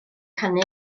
canu